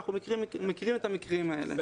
אנחנו מכירים את המקרים האלה.